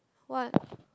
what